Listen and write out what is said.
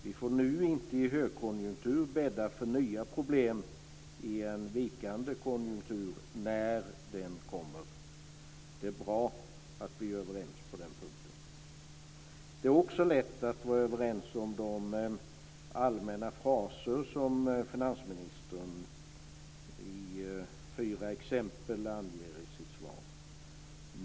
Vi får inte nu i en högkonjunktur bädda för nya problem i en vikande konjunktur när den kommer. Det är bra att vi är överens på den punkten. Vidare är det lätt att vara överens om finansministerns allmänna fraser på de fyra områden som han anger i sitt svar.